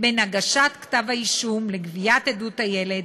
בין הגשת כתב האישום לגביית עדות הילד,